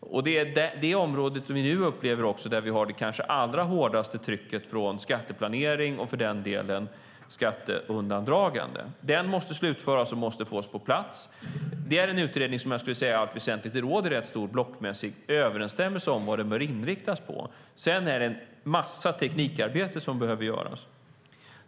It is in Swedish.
Det är det område där vi nu upplever det allra hårdaste trycket från skatteplanering och, för den delen, skatteundandragande. Den måste slutföras och fås på plats. Det är en utredning som jag skulle säga att det i allt väsentligt råder ganska stor blockmässig överensstämmelse om vad den bör inriktas på. Sedan är det en massa teknikarbete som behöver göras.